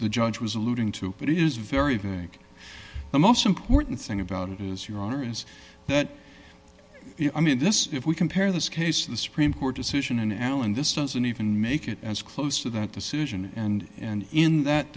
the judge was alluding to but it is very vague the most important thing about it is your honor is that i mean this if we compare this case the supreme court decision in allen this doesn't even make it as close to that decision and and in that